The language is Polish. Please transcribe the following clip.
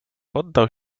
poddał